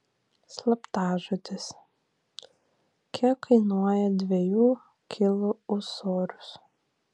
slaptažodis kiek kainuoja dviejų kilų ūsorius